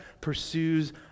pursues